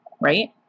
Right